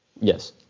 Yes